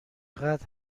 قدر